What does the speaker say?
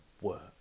work